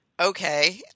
okay